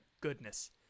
goodness